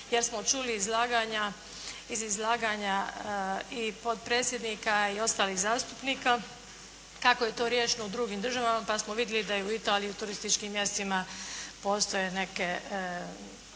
jer smo čuli iz izlaganja i potpredsjednika i ostalih zastupnika kako je to riješeno u drugim državama, pa smo vidjeli da je u Italiji u turističkim mjestima postoje neke